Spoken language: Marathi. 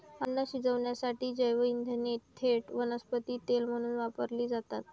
अन्न शिजवण्यासाठी जैवइंधने थेट वनस्पती तेल म्हणून वापरली जातात